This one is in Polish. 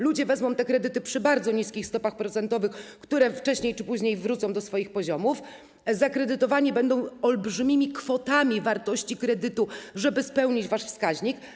Ludzie wezmą te kredyty przy bardzo niskich stopach procentowych, które wcześniej czy później wrócą do swoich poziomów, zakredytowani będą olbrzymimi kwotami wartości kredytu, żeby spełnić wasz wskaźnik.